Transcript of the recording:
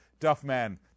duffman